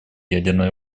ядерной